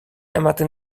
ematen